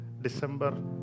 December